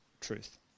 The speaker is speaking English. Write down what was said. truth